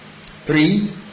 Three